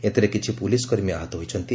ଏଥିରେ କିଛି ପୁଲିସ୍ କର୍ମୀ ଆହତ ହୋଇଛନ୍ତି